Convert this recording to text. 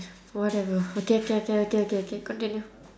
whatever okay okay okay okay okay okay continue